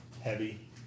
heavy